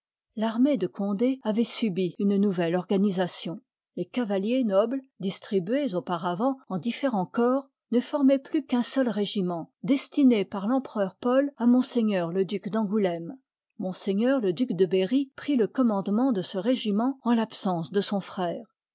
l'armée de gondé avoit subi une nou liy il telle organisation les cavaliers nobles distribués auparavant en différens corps ne formoient plus qu'un seul régiment destiné par l'empereur paul à m le duc d'angoulême ms le duc de berry prit le commandement de ce régiment en l'absence de son frère